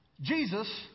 Jesus